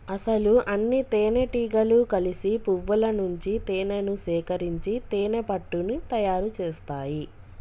అసలు అన్నితేనెటీగలు కలిసి పువ్వుల నుంచి తేనేను సేకరించి తేనెపట్టుని తయారు సేస్తాయి